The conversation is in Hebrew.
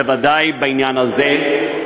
בוודאי בעניין הזה.